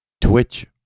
Twitch